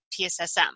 PSSM